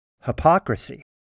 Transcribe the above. Hypocrisy